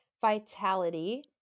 vitality